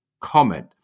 comment